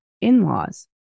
in-laws